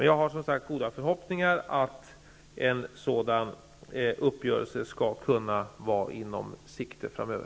Jag har goda förhoppningar om att en sådan uppgörelse skall kunna vara i sikte.